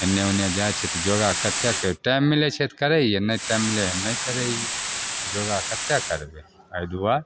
एन्ने ओन्ने जाइ छी तऽ योगा कतऽ करिए टाइम मिलै छै तऽ करै हिए नहि टाइम मिलै हइ तऽ नहि करै हिए योगा कतेक करबै एहि दुआरे